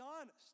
honest